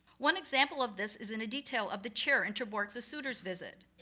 one example of this, is in a detail of the chair in ter borch's the suitor's visit,